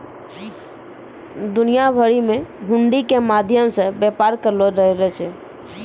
दुनिया भरि मे हुंडी के माध्यम से व्यापार करलो जाय रहलो छै